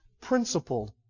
principled